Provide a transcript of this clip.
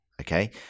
Okay